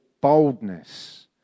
boldness